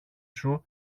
σου